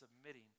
submitting